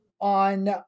on